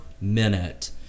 minute